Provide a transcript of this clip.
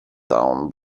town